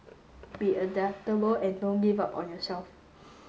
be adaptable and don't give up on yourself